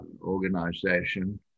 organization